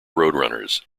roadrunners